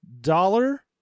dollar